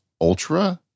Ultra